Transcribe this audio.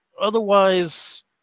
Otherwise